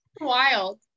wild